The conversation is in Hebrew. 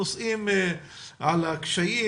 נושאים על הקשיים,